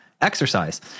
exercise